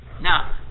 now